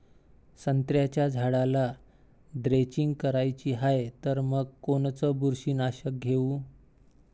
संत्र्याच्या झाडाला द्रेंचींग करायची हाये तर मग कोनच बुरशीनाशक घेऊ?